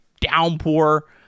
downpour